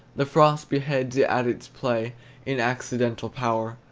the frost beheads it at its play in accidental power.